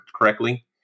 correctly